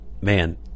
man